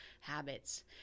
habits